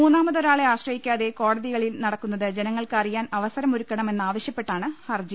മൂന്നാമതൊ രാളെ ആശ്രയിക്കാതെ കോടതികളിൽ നടക്കുന്നത് ജനങ്ങൾക്ക് അറിയാൻ അവസരം ഒരുക്കണം എന്ന് ആവശ്യപ്പെട്ടാണ് ഹർജി